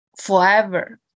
forever